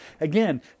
Again